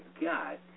God